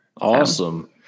Awesome